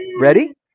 Ready